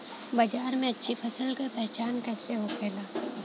बाजार में अच्छी फसल का पहचान कैसे होखेला?